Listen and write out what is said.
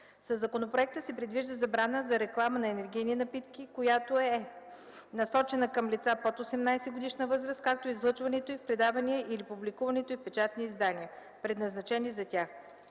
Със законопроекта се предвижда забрана за реклама на енергийни напитки, която: е насочена към лица под 18-годишна възраст, както и излъчването й в предавания или публикуването й в печатни издания, предназначени за тях;